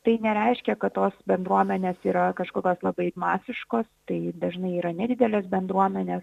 tai nereiškia kad tos bendruomenės yra kažkokios labai masiškos tai dažnai yra nedidelės bendruomenės